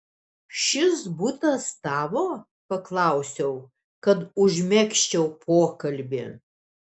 šis butas tavo paklausiau kad užmegzčiau pokalbį